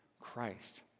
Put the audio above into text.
Christ